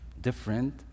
different